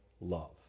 love